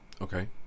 Okay